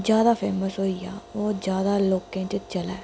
ज्यादा फेमस होई जा ओह् ज्यादा लोकें च चलै